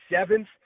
seventh